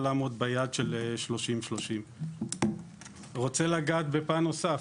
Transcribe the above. לעמוד ביעד של 30-30. אני רוצה לגעת בפן נוסף,